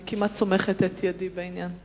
אני כמעט סומכת ידי בעניין.